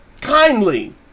kindly